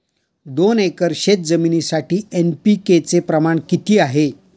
दोन एकर शेतजमिनीसाठी एन.पी.के चे प्रमाण किती आहे?